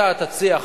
אתה תציע.